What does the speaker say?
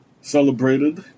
celebrated